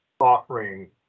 offering